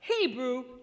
Hebrew